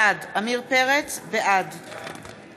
בעד